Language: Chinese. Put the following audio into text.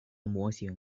模型